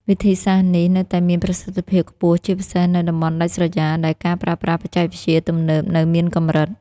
វិធីសាស្រ្តនេះនៅតែមានប្រសិទ្ធភាពខ្ពស់ ជាពិសេសនៅតំបន់ដាច់ស្រយាលដែលការប្រើប្រាស់បច្ចេកវិទ្យាទំនើបនៅមានកម្រិត។